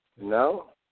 No